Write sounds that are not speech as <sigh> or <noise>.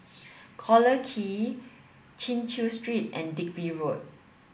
Collyer <unintelligible> Chin Chew Street and Digby Road